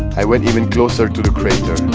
i went even closer to the crater